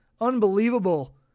Unbelievable